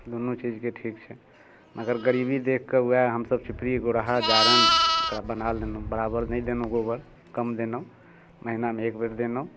दुनू चीजके ठीक छै मगर गरीबी देखि कऽ उएह हमसभ चिपड़ी गोरहा जारनि ओकरा बना लेलहुँ बराबर नहि देलहुँ गोबर कम देलहुँ महीनामे एक बेर देलहुँ